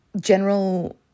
general